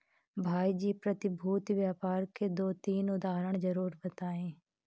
भाई जी प्रतिभूति व्यापार के दो तीन उदाहरण जरूर बताएं?